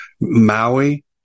Maui